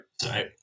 sorry